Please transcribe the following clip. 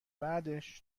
بعدش